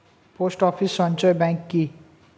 Post office সঞ্চয় bank কি?